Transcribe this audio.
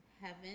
heaven